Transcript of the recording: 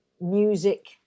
music